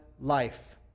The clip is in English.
life